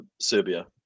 Serbia